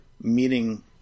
meeting